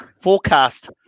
forecast